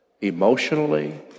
emotionally